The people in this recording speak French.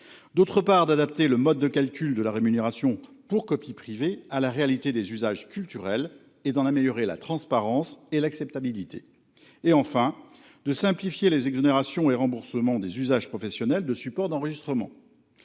D'autre part d'adapter le mode de calcul de la rémunération pour copie privée à la réalité des usages culturels et dans l'améliorer la transparence et l'acceptabilité et enfin de simplifier les exonérations et remboursement des usages professionnels de supports d'enregistrement.